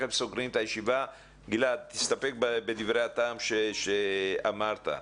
גילעד, תסתפק בדברי הטעם שאמרת.